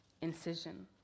incision